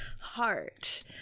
heart